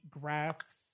graphs